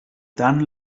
tant